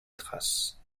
trace